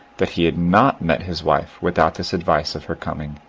that he had not met his wife without this advice of her coming.